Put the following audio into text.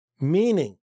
meaning